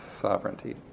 sovereignty